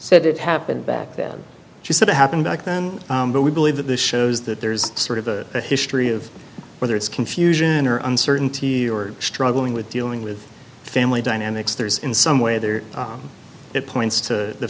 said it happened back then she said it happened back then but we believe that this shows that there's sort of the history of whether it's confusion or uncertainty or struggling with dealing with family dynamics there is in some way there that points to the